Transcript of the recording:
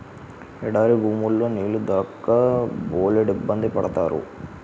ఎడారి భూముల్లో నీళ్లు దొరక్క బోలెడిబ్బంది పడతారు